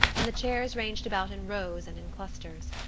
and the chairs ranged about in rows and in clusters.